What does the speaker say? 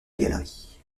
galerie